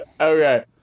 Okay